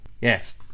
yes